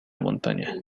montaña